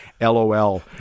LOL